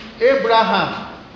Abraham